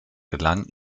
gelang